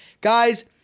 Guys